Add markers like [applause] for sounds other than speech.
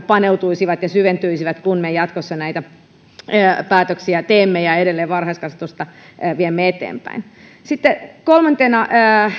[unintelligible] paneutuisivat ja syventyisivät kun me jatkossa näitä päätöksiä teemme ja edelleen varhaiskasvatusta viemme eteenpäin sitten kolmantena